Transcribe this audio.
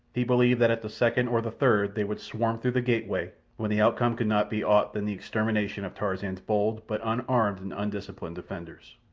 he believed that at the second or the third they would swarm through the gateway, when the outcome could not be aught than the extermination of tarzan's bold, but unarmed and undisciplined, defenders.